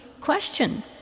question